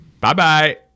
Bye-bye